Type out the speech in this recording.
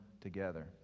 together